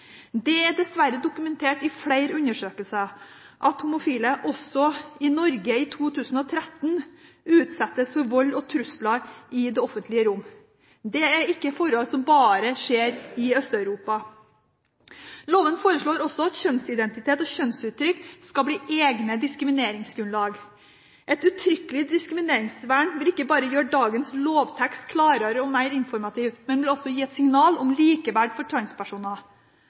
Det er dessverre dokumentert i flere undersøkelser at homofile, også i Norge i 2013, utsettes for vold og trusler i det offentlige rom. Det er ikke noe som bare skjer i Øst-Europa. Loven foreslår også at kjønnsidentitet og kjønnsuttrykk skal bli egne diskrimineringsgrunnlag. Et uttrykkelig diskrimineringsvern vil ikke bare gjøre dagens lovtekst klarere og mer informativ, men vil også gi et signal om likeverd for